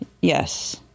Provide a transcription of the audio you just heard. Yes